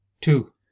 Two